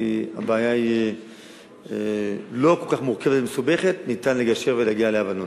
כי הבעיה היא לא כל כך מורכבת ומסובכת וניתן לגשר ולהגיע להבנות.